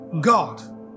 God